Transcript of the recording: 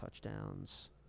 touchdowns